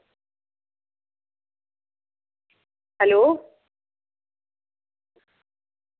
hello